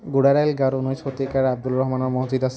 গোৰাডাইল গাঁৱত ঊনৈছ শতিকাৰ আব্দুল ৰহমানৰ মছজিদ আছে